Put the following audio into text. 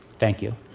thank you.